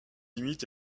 limite